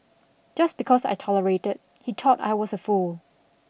just because I tolerated he thought I was a fool